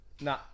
No